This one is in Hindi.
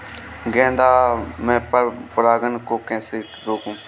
गेंदा में पर परागन को कैसे रोकुं?